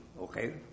okay